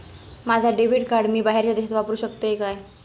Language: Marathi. माझा डेबिट कार्ड मी बाहेरच्या देशात वापरू शकतय काय?